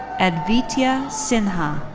advitya sinha.